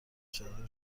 چادر